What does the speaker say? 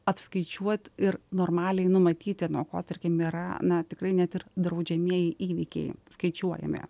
apskaičiuot ir normaliai numatyti nuo ko tarkim yra na tikrai net ir draudžiamieji įvykiai skaičiuojami